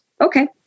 Okay